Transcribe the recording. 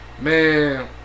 man